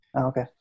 Okay